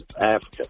Africa